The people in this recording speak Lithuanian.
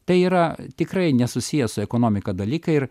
tai yra tikrai nesusiję su ekonomika dalykai ir